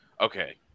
okay